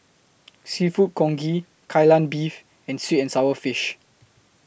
Seafood Congee Kai Lan Beef and Sweet and Sour Fish